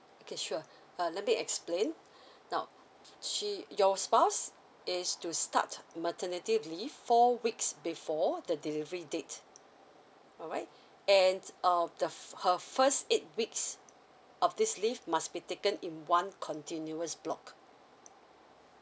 okay sure uh let me explain now she your spouse is to start maternity leave four weeks before the delivery date alright and uh the her first eight weeks of this leave must be taken in one continuous block